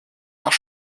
nach